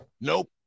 Nope